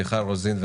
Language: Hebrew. מיכל רוזין,